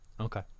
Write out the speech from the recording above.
Okay